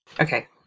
okay